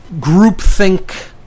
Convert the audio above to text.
groupthink